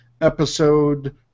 episode